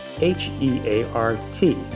H-E-A-R-T